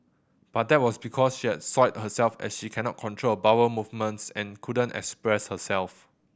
but that was because she had soiled herself as she cannot control bowel movements and couldn't express herself